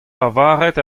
lavaret